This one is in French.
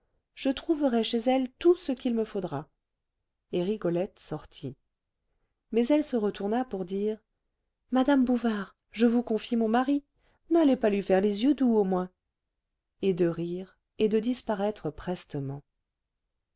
je trouverai chez elles tout ce qu'il me faudra et rigolette sortit mais elle se retourna pour dire madame bouvard je vous confie mon mari n'allez pas lui faire les yeux doux au moins et de rire et de disparaître prestement